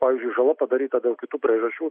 pavyzdžiui žala padaryta dėl kitų priežasčių